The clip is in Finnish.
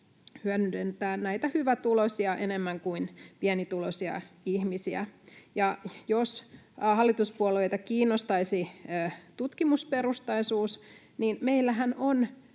hyödyttää enemmän hyvätuloisia kuin pienituloisia ihmisiä. Jos hallituspuolueita kiinnostaisi tutkimusperustaisuus, niin meillähän on